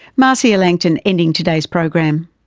marcia langton, ending today's program.